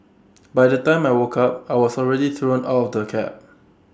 by the time I woke up I was already thrown out of the cab